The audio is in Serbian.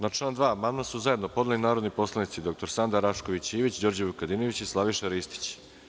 Na član 2. amandman su zajedno podneli narodni poslanici dr Sanda Rašković Ivić, Đorđe Vukadinović i Slaviša Ristić.